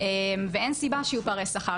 ואין סיבה שיהיו פערי שכר.